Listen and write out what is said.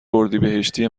اردیبهشتی